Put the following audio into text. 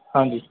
ਹਾਂਜੀ